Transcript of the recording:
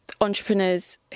entrepreneurs